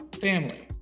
family